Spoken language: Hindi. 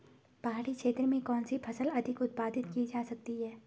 पहाड़ी क्षेत्र में कौन सी फसल अधिक उत्पादित की जा सकती है?